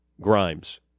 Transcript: Grimes